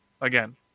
again